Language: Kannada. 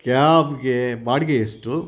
ಕ್ಯಾಬ್ಗೆ ಬಾಡಿಗೆ ಎಷ್ಟು